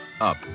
up